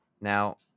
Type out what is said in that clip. Now